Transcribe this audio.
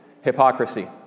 Hypocrisy